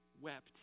wept